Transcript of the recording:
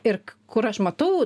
ir kur aš matau